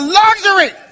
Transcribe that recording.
luxury